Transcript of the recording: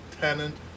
tenant